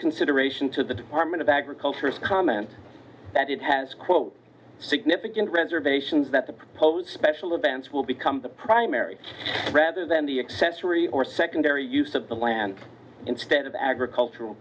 consideration to the department of agriculture's comment that it has quote significant reservations that the proposed special events will become the primary rather than the accessory or secondary use of the land instead of agricultural